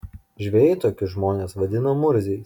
žvejai tokius žmones vadina murziais